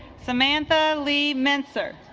samantha lee min sir